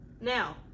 now